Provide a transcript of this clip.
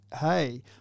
hey